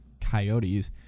Coyotes